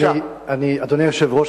אדוני היושב-ראש,